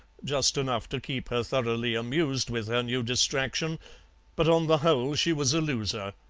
just enough to keep her thoroughly amused with her new distraction but on the whole she was a loser.